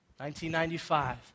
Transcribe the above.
1995